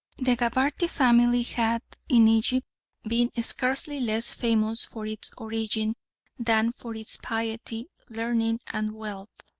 the gabarty family had in egypt been scarcely less famous for its origin than for its piety, learning, and wealth.